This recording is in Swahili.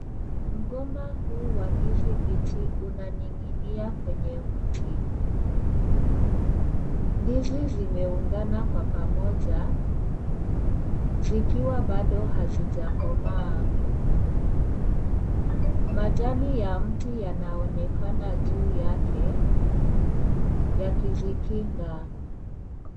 Mgomba hiu wa ndizi mbichi unaninginia kwenye mti. Ndizi zimeungana kwa pamoja zikiwa bado hazija komaa. Majani ya mti yanaonekana juu yake yakizikinga.